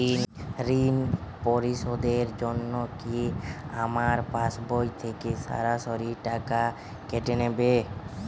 ঋণ পরিশোধের জন্য কি আমার পাশবই থেকে সরাসরি টাকা কেটে নেবে?